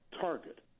Target